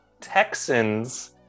Texans